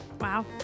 Wow